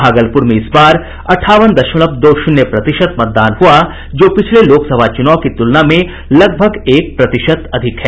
भागलपुर में इस बार अंठावन दशमलव दो शून्य प्रतिशत मतदान हुआ जो पिछले लोकसभा चुनाव की तुलना में लगभग एक प्रतिशत अधिक है